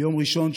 ביום ראשון,